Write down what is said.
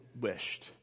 wished